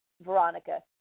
Veronica